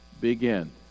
begin